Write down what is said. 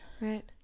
right